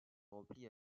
replie